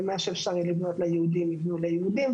ומה שאפשר יהיה לבנות ליהודים יתנו ליהודים,